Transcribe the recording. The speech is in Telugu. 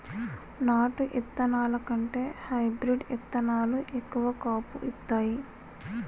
నాటు ఇత్తనాల కంటే హైబ్రీడ్ ఇత్తనాలు ఎక్కువ కాపు ఇత్తాయి